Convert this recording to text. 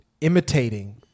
imitating